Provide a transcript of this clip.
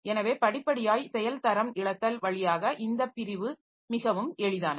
எனவே படிப்படியாய்ச் செயல்தரம் இழத்தல் வழியாக இந்தப் பிரிவு மிகவும் எளிதானது